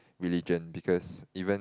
religion because even